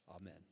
amen